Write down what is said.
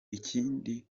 ikindi